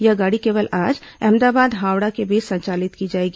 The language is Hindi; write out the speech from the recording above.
यह गाड़ी केवल आज अहमदाबाद हावड़ा के बीच संचालित की जाएगी